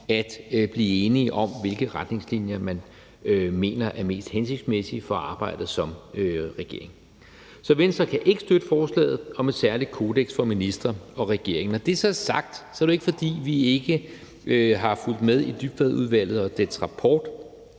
at blive enige om, hvilke retningslinjer man mener er mest hensigtsmæssige for arbejdet som regering. Så Venstre kan ikke støtte forslaget om et særligt kodeks for ministre og regering. Når det så er sagt, er det jo ikke, fordi vi ikke har fulgt med i Dybvadudvalget og dets rapport.